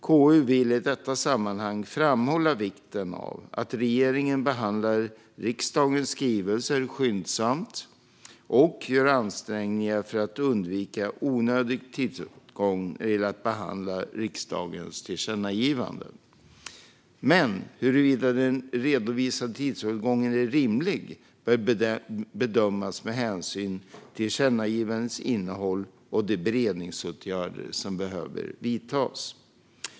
KU vill i detta sammanhang framhålla vikten av att regeringen behandlar riksdagens skrivelser skyndsamt och gör ansträngningar för att undvika onödig tidsåtgång när det gäller att behandla riksdagens tillkännagivanden. Men huruvida den redovisade tidsåtgången är rimlig bör bedömas med hänsyn till tillkännagivandets innehåll och de beredningsåtgärder som behöver vidtas.